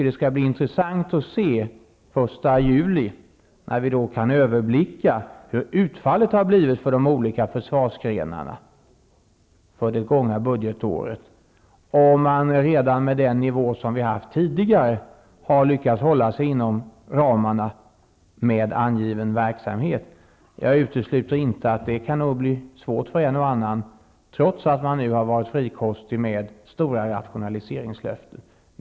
Det skall bli intressant den 1 juli, när vi kan överblicka utfallet för de olika försvarsgrenarna för det gångna budgetåret och se om de redan med den tidigare nivån har lyckats hålla sig inom ramarna med angiven verksamhet. Jag utesluter inte att det kan bli svårt för en och annan, trots att man nu har varit frikostig med stora rationaliseringslöften.